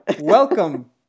Welcome